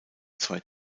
zwei